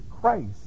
Christ